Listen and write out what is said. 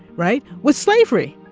right, with slavery.